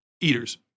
eaters